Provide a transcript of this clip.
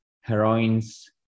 heroine's